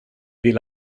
vill